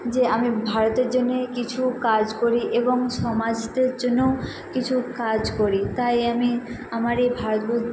যে আমি ভারতের জন্যে কিছু কাজ করি এবং সমাজের জন্যেও কিছু কাজ করি তাই আমি আমার এই ভারত বোধ